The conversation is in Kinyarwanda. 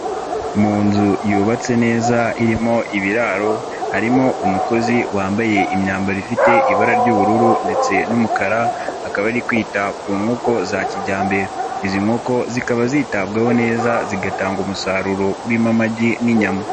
Mu nzu yubatse neza irimo ibiraro harimo umukozi wambaye imyambaro ifite ibara ry'ubururu ndetse n'umukara akaba ari kwita ku nkoko za kijyambere izi nkoko zikaba zitabwaho neza zigatanga umusaruro urimo amagi n'inyama.